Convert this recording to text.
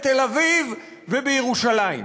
בתל-אביב ובירושלים.